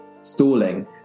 stalling